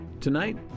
Tonight